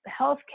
healthcare